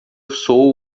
sou